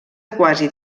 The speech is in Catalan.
quasi